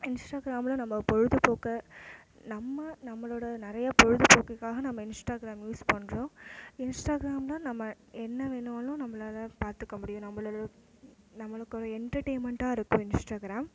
இன்ஸ்டாகிராமில் நம்ம பொழுதுபோக்கை நம்ம நம்மளோட நிறையா பொழுதுபோக்குக்காக நம்ம இன்ஸ்டாகிராம் யூஸ் பண்ணுறோம் இன்ஸ்டாகிராம்னால் நம்ம என்ன வேணுன்னாலும் நம்மளால பார்த்துக்க முடியும் நம்மள நம்மளுக்கு ஒரு என்டர்டெயின்மெண்ட்டாக இருக்கும் இன்ஸ்டாகிராம்